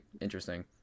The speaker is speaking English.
interesting